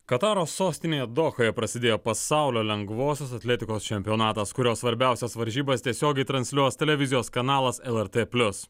kataro sostinėje dohoje prasidėjo pasaulio lengvosios atletikos čempionatas kurio svarbiausias varžybas tiesiogiai transliuos televizijos kanalas lrt plius